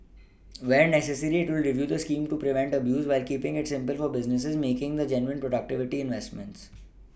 where necessary it will review the scheme to prevent abuse while keePing it simple for businesses making the genuine productivity investments